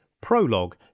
Prologue